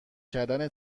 کردن